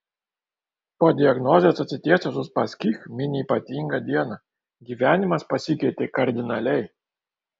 po diagnozės atsitiesęs uspaskich mini ypatingą dieną gyvenimas pasikeitė kardinaliai